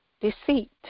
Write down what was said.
deceit